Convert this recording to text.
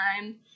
time